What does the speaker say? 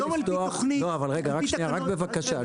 לא לפתוח, רגע, שנייה, רק בבקשה.